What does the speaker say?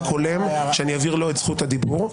רק הולם שאני אעביר לו את זכות הדיבור,